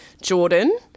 Jordan